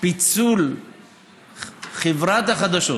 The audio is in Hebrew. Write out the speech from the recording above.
ופיצול חברת החדשות,